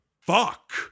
fuck